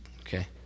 Okay